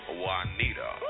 Juanita